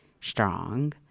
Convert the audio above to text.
strong